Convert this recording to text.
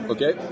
Okay